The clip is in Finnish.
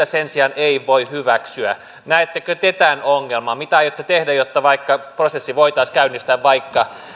sen sijaan voi hyväksyä näettekö te tämän ongelman mitä aiotte tehdä jotta prosessi voitaisiin käynnistää